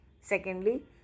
Secondly